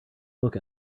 look